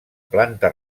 planta